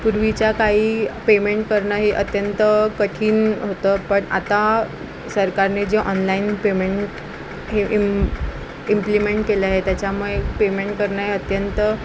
पूर्वीच्या काळी पेमेंट करणं हे अत्यंत कठीण होतं बट आता सरकारने जे ऑनलाईन पेमेंट हे इम् इम्प्लिमेंट केलं आहे त्याच्यामुळे पेमेंट करणं हे अत्यंत